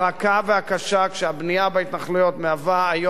כשהבנייה בהתנחלויות מהווה היום אבן הנגף